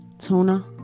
tuna